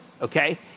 Okay